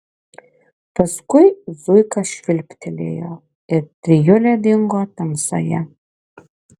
paskui zuika švilptelėjo ir trijulė dingo tamsoje